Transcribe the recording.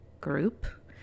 group